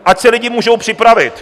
Ať se lidi můžou připravit.